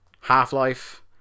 half-life